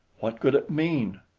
what could it mean?